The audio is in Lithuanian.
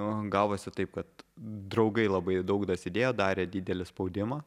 gavosi taip kad draugai labai daug dasidėjo darė didelį spaudimą